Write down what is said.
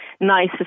Nice